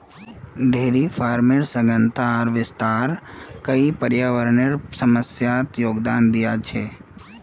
dairy farmer सघनता आर विस्तार कई पर्यावरनेर समस्यात योगदान दिया छे